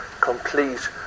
complete